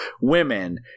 women